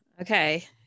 Okay